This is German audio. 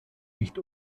nicht